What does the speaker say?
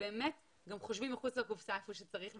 ובאמת גם חושבים מחוץ לקופסה איפה שצריך,